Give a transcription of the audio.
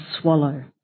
swallow